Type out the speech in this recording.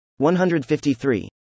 153